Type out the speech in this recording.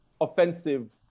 offensive